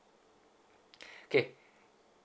okay